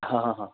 હા હા